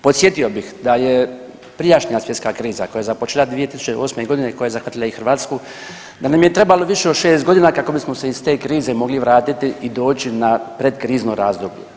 Podsjetio bih da je prijašnja svjetska kriza koja je započela 2008.g. koja je zahvatila i Hrvatsku da nam je trebalo više od šest godina kako bismo se iz te krize mogli vratiti i doći na pred krizno razdoblje.